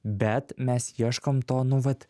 bet mes ieškom to nu vat